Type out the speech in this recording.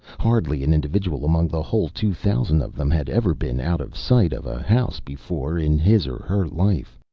hardly an individual among the whole two thousand of them had ever been out of sight of a house before in his or her life.